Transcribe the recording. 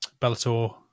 Bellator